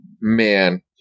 man